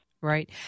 Right